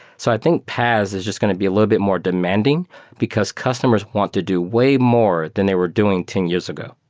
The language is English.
so i think paas is just going to be a little bit more demanding because customers want to do way more than they were doing ten years ago.